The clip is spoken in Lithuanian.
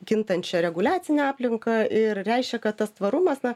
kintančia reguliacine aplinka ir reiškia kad tas tvarumas na